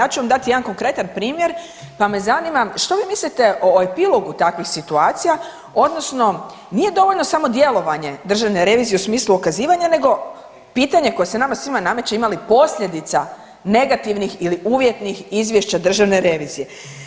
Ja ću vam dati jedan konkretan primjer, pa me zanima što vi mislite o epilogu takvih situacija odnosno nije dovoljno samo djelovanje Državne revizije u smislu otkazivanja, nego pitanje koje se nama svima nameće ima li posljedica negativnih ili uvjetnih izvješća Državne revizije.